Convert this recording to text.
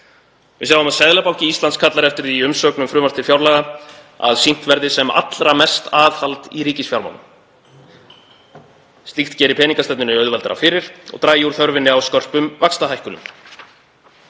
Við sjáum að Seðlabanki Íslands kallar eftir því, í umsögn um frumvarp til fjárlaga, að sýnt verði sem allra mest aðhald í ríkisfjármálum. Slíkt geri peningastefnunni auðveldara fyrir og dragi úr þörf á skörpum vaxtahækkunum.